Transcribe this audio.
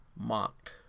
Mocked